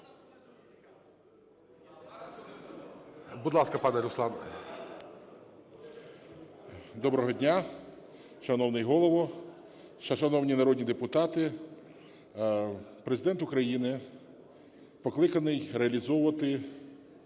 Доброго дня, шановний Голово, шановні народні депутати. Президент України покликаний реалізовувати